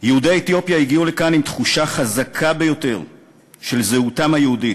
"יהודי אתיופיה הגיעו לכאן עם תחושה חזקה ביותר של זהותם היהודית,